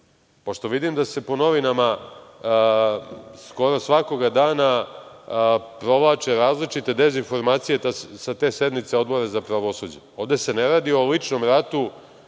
pošto vidim da se po novinama skoro svakog dana provlače različite dezinformacije sa te sednice Odbora za pravosuđe, ovde se ne radi o ličnom ratu